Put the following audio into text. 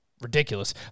ridiculous